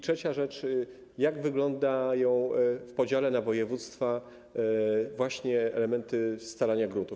Trzecia rzecz: Jak wyglądają w podziale na województwa właśnie elementy scalania gruntów?